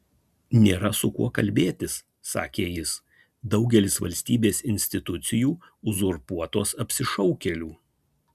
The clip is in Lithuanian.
nėra su kuo kalbėtis sakė jis daugelis valstybės institucijų uzurpuotos apsišaukėlių